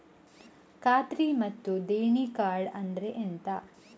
ಖಾತ್ರಿ ಮತ್ತೆ ದೇಣಿ ಕಾರ್ಡ್ ಅಂದ್ರೆ ಎಂತ?